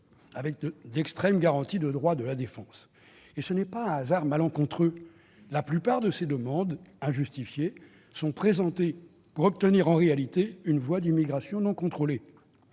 avec d'extrêmes garanties de droits de la défense. Or ce n'est pas un hasard malencontreux. La plupart de ces demandes injustifiées sont présentées pour obtenir en réalité une voie d'immigration non contrôlée.